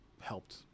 helped